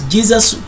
Jesus